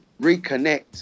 reconnect